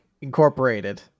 Incorporated